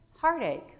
heartache